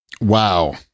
Wow